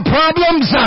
problems